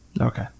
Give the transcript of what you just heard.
Okay